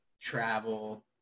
travel